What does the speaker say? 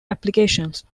applications